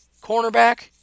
cornerback